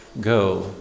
go